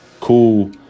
cool